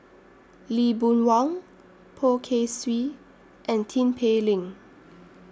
Lee Boon Wang Poh Kay Swee and Tin Pei Ling